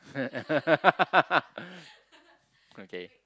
okay